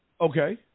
Okay